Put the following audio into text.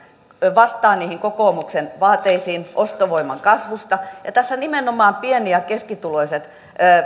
vastaa niihin kokoomuksen vaateisiin ostovoiman kasvusta ja tässä nimenomaan hyötyvät pieni ja keskituloiset